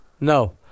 No